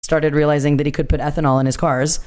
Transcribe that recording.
He started realizing that he could put ethanol in his cars.